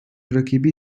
rakibi